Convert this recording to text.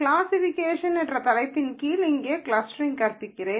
classification என்ற தலைப்பின் கீழ் இங்கே க்ளஸ்டரிங் கற்பிக்கிறேன்